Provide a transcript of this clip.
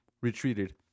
retreated